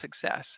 success